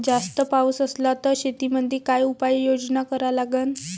जास्त पाऊस असला त शेतीमंदी काय उपाययोजना करा लागन?